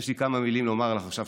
יש לי כמה מילים לומר לך עכשיו,